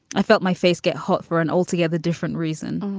i felt my face get hot for an altogether different reason.